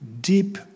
deep